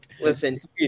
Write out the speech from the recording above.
listen